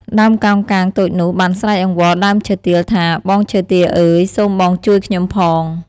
ដើមកោងកាងតូចនោះបានស្រែកអង្វរដើមឈើទាលថា បងឈើទាលអើយ! សូមបងជួយខ្ញុំផង។